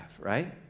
right